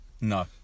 No